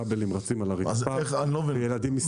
כבלים רצים על הרצפה וילדים משחקים שם.